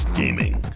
gaming